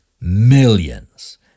millions